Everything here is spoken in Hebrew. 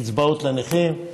קצבאות לנכים.